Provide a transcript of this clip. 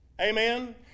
Amen